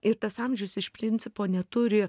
ir tas amžius iš principo neturi